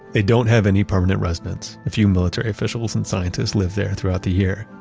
they don't have any permanent residents, a few military officials and scientists live there throughout the year.